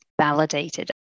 validated